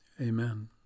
amen